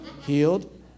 Healed